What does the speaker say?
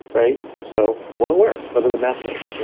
right? so while it works, what are the methods? yeah